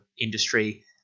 industry